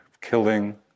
killing